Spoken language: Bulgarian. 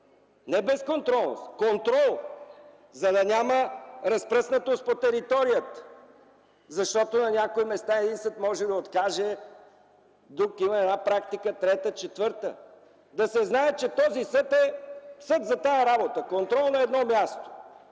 Не безконтролност! А контрол, за да няма разпръснатост по територията. Защото на някои места един съд може да откаже, а друг – има една практика, трета, четвърта. Нека да се знае, че този съд е съд за тази работа: контрол на едно място!